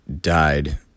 died